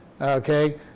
okay